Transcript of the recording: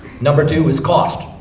number two is cost.